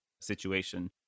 situation